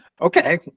Okay